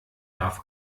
darf